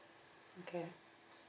okay